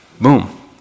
boom